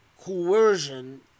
coercion